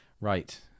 right